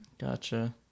Gotcha